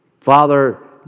Father